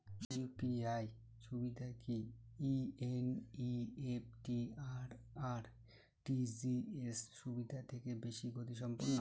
UPI সুবিধা কি NEFT আর আর.টি.জি.এস সুবিধা থেকে বেশি গতিসম্পন্ন?